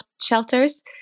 shelters